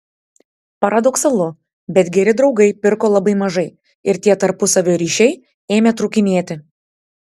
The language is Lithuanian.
paradoksalu bet geri draugai pirko labai mažai ir tie tarpusavio ryšiai ėmė trūkinėti